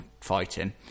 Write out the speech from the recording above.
fighting